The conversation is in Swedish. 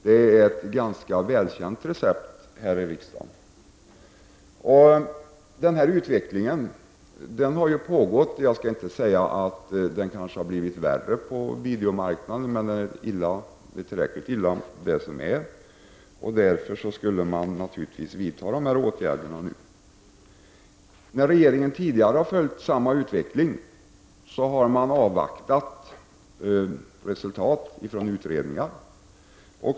Det är ett ganska välkänt recept här i riksdagen. Jag skall inte säga att utvecklingen på videomarknaden har blivit värre, men den är illa nog som den är. Därför borde man vidta dessa åtgärder nu. När regeringen tidigare har följt samma utveckling har man avvaktat resultat från utredningar.